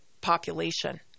population